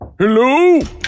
Hello